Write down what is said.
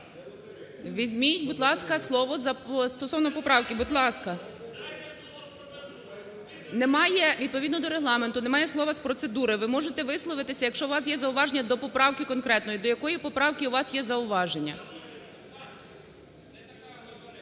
Візьміть, будь ласка, слово стосовно поправки. Будь ласка! Відповідно до Регламенту немає слова з процедури. Ви можете висловитися, якщо у вас є зауваження до поправки конкретної. До якої поправки у вас є зауваження? (Шум у